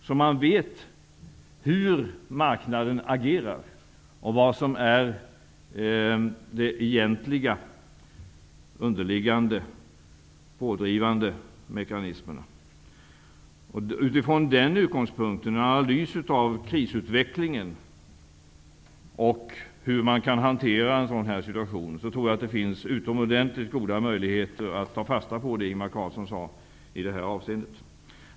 Då får man veta hur marknaden agerar och vad som är de egentliga, underliggande och pådrivande mekanismerna. Jag tror att det utifrån en analys av krisutvecklingen och hur man kan hantera en sådan situation finns utomordentligt goda möjligheter att ta fasta på det Ingvar Carlsson sade i detta avseende.